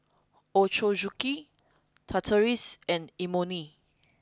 Ochazuke Tortillas and Imoni